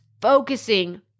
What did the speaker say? focusing